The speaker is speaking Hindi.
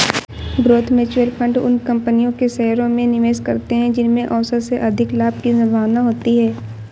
ग्रोथ म्यूचुअल फंड उन कंपनियों के शेयरों में निवेश करते हैं जिनमें औसत से अधिक लाभ की संभावना होती है